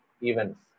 events